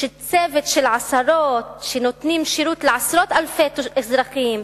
שצוות של עשרות שנותנים שירות לעשרות אלפי אזרחים,